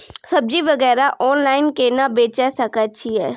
सब्जी वगैरह ऑनलाइन केना बेचे सकय छियै?